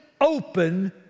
open